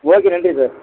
okay நன்றி sir